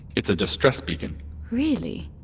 it's a distress beacon really,